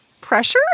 pressure